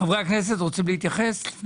חברי הכנסת, בבקשה.